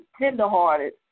tenderhearted